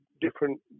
different